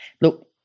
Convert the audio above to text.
look